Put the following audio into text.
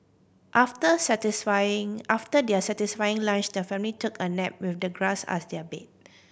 after satisfying after their satisfying lunch the family took a nap with the grass as their bed